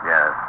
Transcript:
Yes